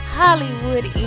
hollywood